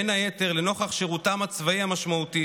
בין היתר לנוכח שירותם הצבאי המשמעותי